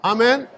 Amen